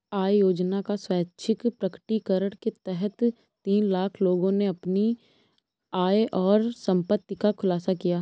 आय योजना का स्वैच्छिक प्रकटीकरण के तहत तीन लाख लोगों ने अपनी आय और संपत्ति का खुलासा किया